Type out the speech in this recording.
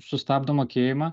sustabdo mokėjimą